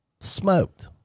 smoked